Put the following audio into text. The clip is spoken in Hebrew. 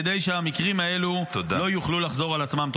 כדי שהמקרים האלו לא יוכלו לחזור על עצמם.